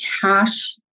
cash